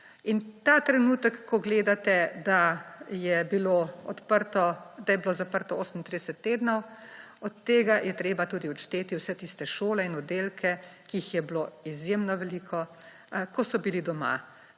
In ta trenutek, ko gledate, da je bilo zaprto 38 tednov, od tega je treba tudi odšteti vse tiste šole in oddelke, ki jih je bilo izjemno veliko, ko so bili doma.